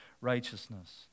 righteousness